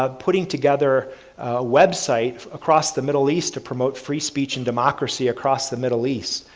um putting together a website across the middle east to promote free speech and democracy across the middle east,